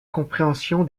compréhension